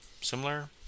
similar